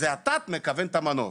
האתת הוא זה שמכוון את המנוף.